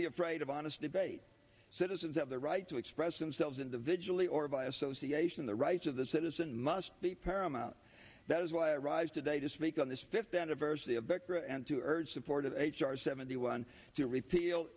be afraid of honest debate citizens have the right to express themselves individually or by association the rights of the citizen must be paramount that is why i rise today to speak on this fifth anniversary of victor and to urge support of h r seventy one to repeal